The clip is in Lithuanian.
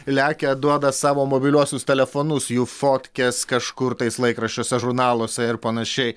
lekia duoda savo mobiliuosius telefonus jų fotkės kažkur tais laikraščiuose žurnaluose ir panašiai